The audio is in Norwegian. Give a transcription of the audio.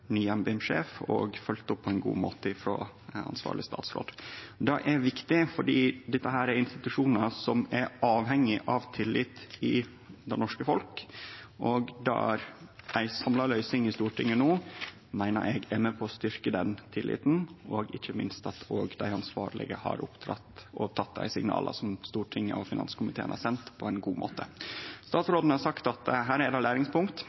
og den nye NBIM-sjefen og følgde opp på ein god måte av den ansvarlege statsråden. Det er viktig, for dette er institusjonar som er avhengige av tillit i det norske folk. Det at det er ei samla løysing i Stortinget no, meiner eg er med på å styrkje den tilliten, og ikkje minst har òg dei ansvarlege teke imot dei signala som Stortinget og finanskomiteen har sendt, på ein god måte. Statsråden har sagt at her er det læringspunkt.